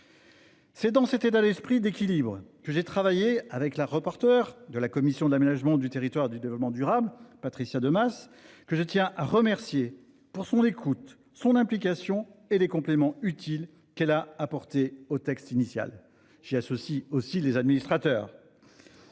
dans un état d'esprit d'équilibre avec la rapporteure de la commission de l'aménagement du territoire et du développement durable, Patricia Demas, que je tiens à remercier pour son écoute, son implication et les compléments utiles qu'elle a apportés au texte initial. La qualité des réseaux fibre est